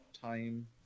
time